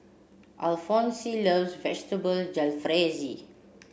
Alfonse loves Vegetable Jalfrezi